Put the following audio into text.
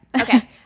Okay